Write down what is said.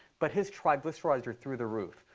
but his triglycerides are through the roof.